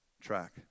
track